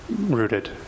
rooted